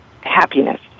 happiness